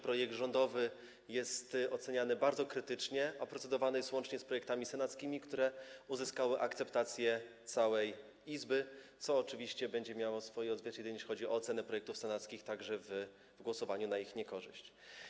Projekt rządowy jest oceniany bardzo krytycznie, a procedowany jest łącznie z projektami senackimi, które uzyskały akceptację całej Izby, co oczywiście będzie miało odzwierciedlenie, jeśli chodzi o ocenę projektów senackich, także w głosowaniu, na ich niekorzyść.